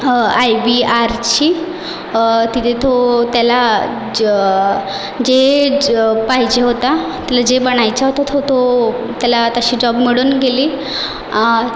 आयबीआरची तिथे तो त्याला ज जे पाहिजे होता त्याला जे बनायचं होतं तर तो त्याला तशी जॉब मिळून गेली